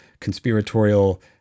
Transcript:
conspiratorial